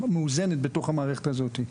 מאוזנת בתוך המערכת הזאת.